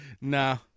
Nah